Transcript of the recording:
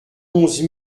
onze